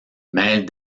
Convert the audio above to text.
mêlent